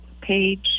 page